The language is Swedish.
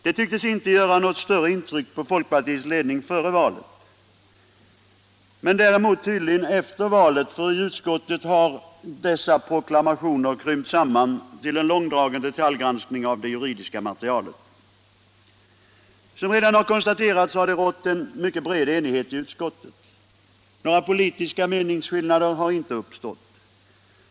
Detta tycktes inte göra något större intryck på folkpartiets ledning före valet — däremot tydligen efter valet, för i utskottet har dessa proklamationer krympt samman till en långdragen detaljgranskning av det juridiska materialet. Som redan konstaterats har det rått en mycket bred enighet i utskottet. Några politiska meningsskillnader har inte uppstått.